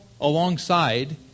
alongside